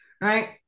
right